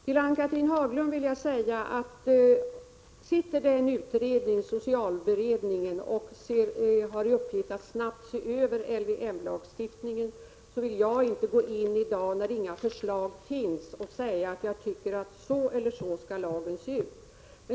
Till Ann-Cathrine Haglund vill jag säga att det finns en utredning, socialberedningen, som har till uppgift att snabbt se över LVM-lagstiftningen. Då vill inte jag i dag, när ännu inga förslag finns, gå in och säga att jag tycker att lagen skall se ut på ett visst sätt.